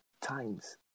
times